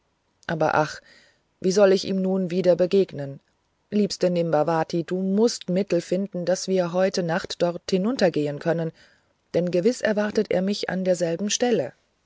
aber ach wie soll ich ihm nun wieder begegnen liebste nimbavati du mußt mittel finden daß wir wieder heute nacht dort hinuntergehen können denn gewiß erwartet er mich an derselben stelle